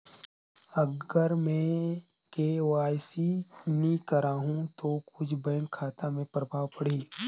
अगर मे के.वाई.सी नी कराहू तो कुछ बैंक खाता मे प्रभाव पढ़ी?